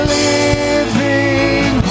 living